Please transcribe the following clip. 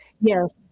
Yes